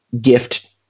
gift